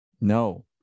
No